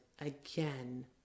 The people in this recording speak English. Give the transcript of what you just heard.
again